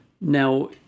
Now